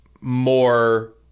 more